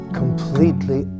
completely